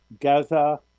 Gaza